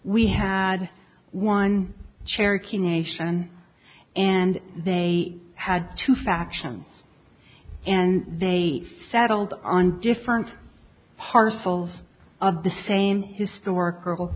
we had one cherokee nation and they had two factions and they settled on different parcels of the same historical